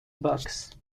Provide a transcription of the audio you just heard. books